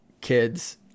kids